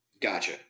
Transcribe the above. Gotcha